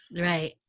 Right